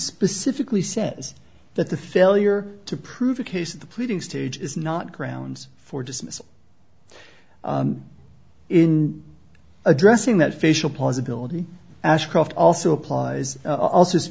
specifically says that the failure to prove a case of the pleading stage is not grounds for dismissal in addressing that facial possibility ashcroft also applies a